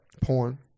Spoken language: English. porn